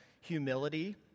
humility